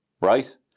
right